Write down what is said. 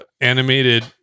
animated